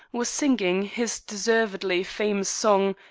was singing his deservedly famous song,